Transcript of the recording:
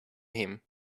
him